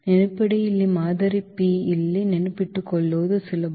ನೆನಪಿಡಿ ಇಲ್ಲಿ ಮಾದರಿ P ಇಲ್ಲಿ ನೆನಪಿಟ್ಟುಕೊಳ್ಳುವುದು ಸುಲಭ